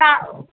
ਤਾਂ